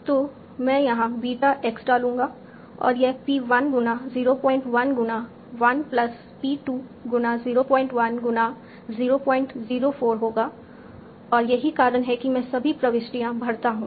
तो मैं यहाँ बीटा x डालूँगा और यह P 1 गुना 01 गुना 1 प्लस P 2 गुना 01 गुना 004 होगा और यही कारण है कि मैं सभी प्रविष्टियाँ भरता हूँ